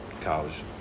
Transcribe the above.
cows